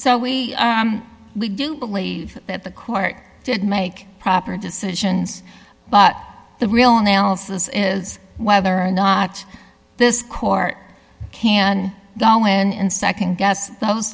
so we we do believe that the court did make proper decisions but the real analysis is whether or not this court can go in and nd guess those